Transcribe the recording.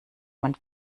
man